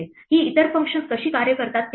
ही इतर फंक्शन्स कशी कार्य करतात ते पाहू